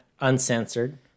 uncensored